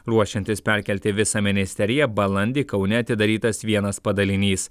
ruošiantis perkelti visą ministeriją balandį kaune atidarytas vienas padalinys